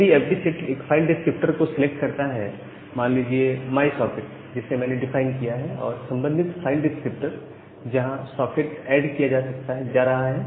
यदि यह FD set एक फाइल डिस्क्रिप्टर को सिलेक्ट करता है मान लीजिए माय सॉकेट जिसे मैंने डिफाइन किया है और संबंधित फाइल डिस्क्रिप्टर जहां सॉकेट ऐड किया जा रहा है